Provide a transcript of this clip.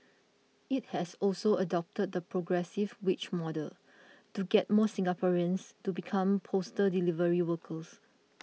it has also adopted the progressive wage model to get more Singaporeans to become postal delivery workers